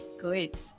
Good